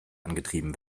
angetrieben